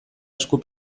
esku